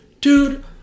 dude